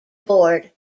board